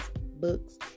books